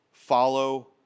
Follow